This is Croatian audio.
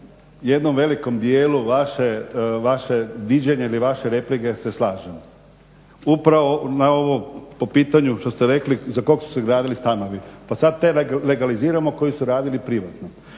jednom velikom dijelu vašeg viđenja ili vaše replike se slažem. Upravo na ovo po pitanju što ste rekli za koga su se gradili stanovi. Pa sada te legaliziramo koji su radili privatno.